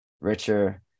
richer